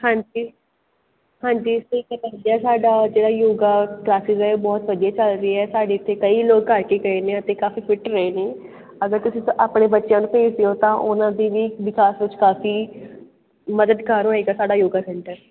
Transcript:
ਹਾਂਜੀ ਹਾਂਜੀ ਸਾਡਾ ਜਿਹੜਾ ਯੋਗਾ ਕਲਾਸਿਸ ਐਹੈ ਇਹ ਬਹੁਤ ਵਧੀਆ ਚੱਲ ਰਹੀ ਹੈ ਸਾਡੇ ਇੱਥੇ ਕਈ ਲੋਕ ਕਰ ਕੇ ਗਏ ਨੇ ਅਤੇ ਕਾਫੀ ਫਿੱਟ ਰਹੇ ਨੇ ਅਗਰ ਤੁਸੀਂ ਆਪਣੇ ਬੱਚਿਆਂ ਨੂੰ ਭੇਜਦੇ ਹੋ ਤਾਂ ਉਹਨਾਂ ਦੀ ਵੀ ਵਿਕਾਸ ਵਿਚ ਕਾਫੀ ਮਦਦਕਾਰ ਹੋਏਗਾ ਸਾਡਾ ਯੋਗਾ ਸੈਂਟਰ